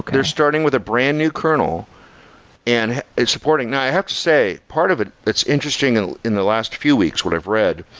they're starting with a brand-new kernel and it's supporting now, i have to say, part of it that's interesting and in the last few weeks, what i've read,